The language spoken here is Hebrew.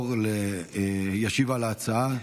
ישיב על ההצעה,